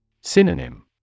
Synonym